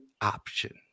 option